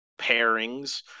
pairings